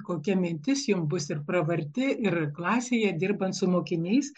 kokia mintis jums bus ir pravarti ir klasėje dirbant su mokiniais